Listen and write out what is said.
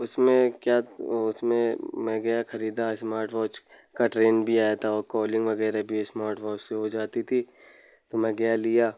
उसमें क्या उसमें मैं गया ख़रीदा इस्मार्टवाच का ट्रेंड भी आया था और कोलिंग वग़ैरह भी उसमें इस्मार्टवाच से हो जाती थी और मैं गया लिया